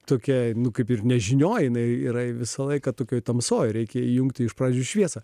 tokia nu kaip ir nežinioje jinai yra visą laiką tokioje tamsoje reikia įjungti iš pradžių į šviesą